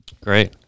Great